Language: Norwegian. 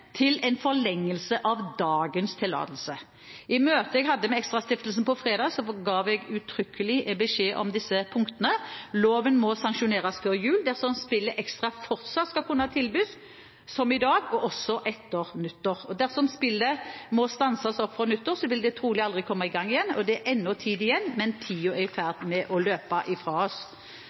til en forlengelse av dagens tillatelse. I møtet jeg hadde med ExtraStiftelsen på fredag, ga jeg uttrykkelig beskjed om disse punktene. Loven må sanksjoneres før jul dersom spillet Extra fortsatt skal kunne tilbys som i dag også etter nyttår. Dersom spillet må stanse opp fra nyttår, vil det trolig aldri komme i gang igjen. Det er ennå tid igjen, men tiden er i ferd med å løpe fra oss.